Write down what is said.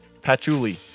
patchouli